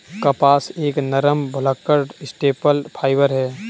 कपास एक नरम, भुलक्कड़ स्टेपल फाइबर है